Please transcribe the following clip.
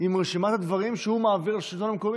עם רשימת הדברים שהוא מעביר לשלטון המקומי.